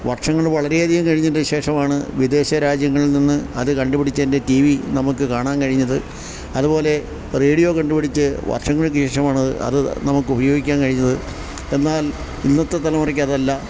വർഷങ്ങൾ വളരെയധികം കഴിഞ്ഞതിനു ശേഷമാണു വിദേശ രാജ്യങ്ങളിൽ നിന്ന് അതു കണ്ടുപിടിച്ചതിൻ്റെ ടി വി നമുക്ക് കാണാൻ കഴിഞ്ഞത് അതുപോലെ റേഡിയോ കണ്ടുപിടിച്ച് വർഷങ്ങൾക്കുശേഷമാണ് അതു നമുക്ക് ഉപയോഗിക്കാൻ കഴിഞ്ഞത് എന്നാൽ ഇന്നത്തെ തലമുറയ്ക്ക് അതല്ല